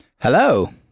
Hello